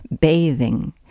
bathing